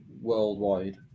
worldwide